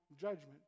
judgment